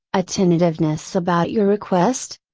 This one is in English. a tentativeness about your request?